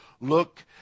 look